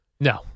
No